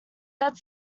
that